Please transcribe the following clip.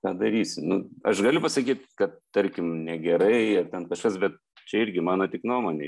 ką darysi nu aš galiu pasakyt kad tarkim negerai ar ten kažkas bet čia irgi mano tik nuomonė